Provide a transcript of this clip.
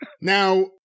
now